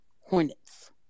Hornets